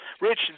Rich